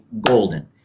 golden